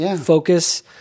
focus